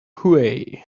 hooey